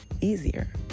easier